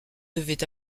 devait